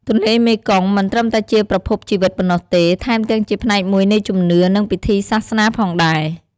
ទន្លេមេគង្គមិនត្រឹមតែជាប្រភពជីវិតប៉ុណ្ណោះទេ ថែមទាំងជាផ្នែកមួយនៃជំនឿ និងពិធីសាសនាផងដែរ។